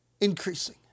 increasing